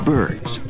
Birds